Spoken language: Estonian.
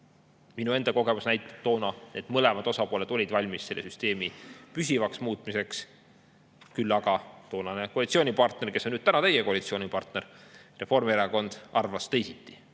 Minu enda toonane kogemus näitab, et mõlemad osapooled olid valmis selle süsteemi püsivaks muutmiseks. Küll aga toonane koalitsioonipartner, kes on nüüd täna teie koalitsioonipartner, Reformierakond, arvas teisiti,